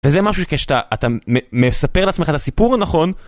וזה משהו שכשאתה, אתה מספר לעצמך את הסיפור נכון.